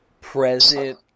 present